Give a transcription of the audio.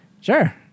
sure